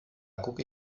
gucke